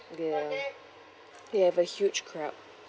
ya but huge crowd